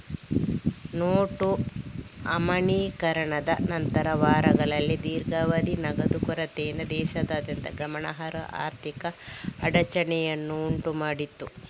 note ಅಮಾನ್ಯೀಕರಣದ ನಂತರದ ವಾರಗಳಲ್ಲಿ ದೀರ್ಘಾವಧಿಯ ನಗದು ಕೊರತೆಯಿಂದ ದೇಶದಾದ್ಯಂತ ಗಮನಾರ್ಹ ಆರ್ಥಿಕ ಅಡಚಣೆಯನ್ನು ಉಂಟು ಮಾಡಿತು